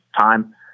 time